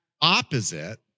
opposite